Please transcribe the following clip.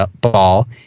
Ball